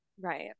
Right